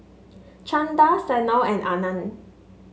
Chanda Sanal and Anand